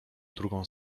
drugą